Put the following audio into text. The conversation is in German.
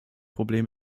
problem